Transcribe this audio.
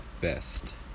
best